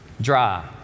dry